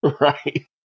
right